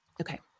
Okay